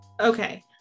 okay